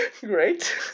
Great